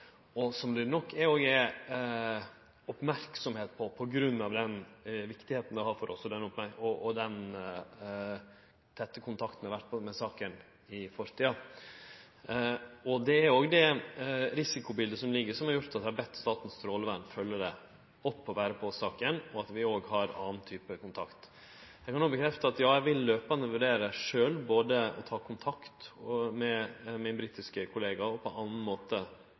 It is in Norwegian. det har vore om saka i fortida. Det er òg det risikobiletet som ligg føre, som har gjort at vi har bedt Statens strålevern følgje opp saka, og at vi òg har annan type kontakt. Eg kan òg bekrefte at eg sjølv jamleg vil vurdere både å ta kontakt med min britiske kollega og på annan måte